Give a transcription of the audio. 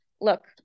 look